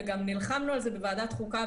וגם נלחמנו על זה בוועדת חוקה,